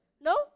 no